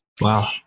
Wow